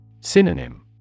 Synonym